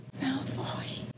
Malfoy